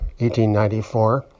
1894